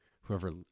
Whoever